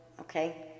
okay